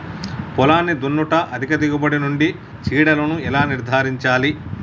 పొలాన్ని దున్నుట అధిక దిగుబడి నుండి చీడలను ఎలా నిర్ధారించాలి?